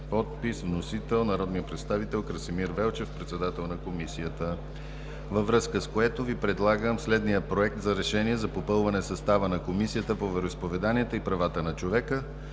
представител Красимир Велчев, председател на Комисията, във връзка с което Ви предлагам следния: „Проект! РЕШЕНИЕ за попълване състава на Комисията по вероизповеданията и правата на човека